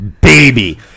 baby